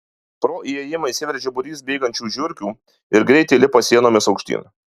pro įėjimą įsiveržia būrys bėgančių žiurkių ir greitai lipa sienomis aukštyn